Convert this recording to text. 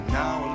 now